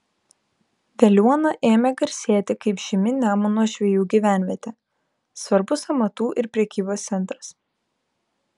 veliuona ėmė garsėti kaip žymi nemuno žvejų gyvenvietė svarbus amatų ir prekybos centras